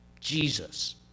Jesus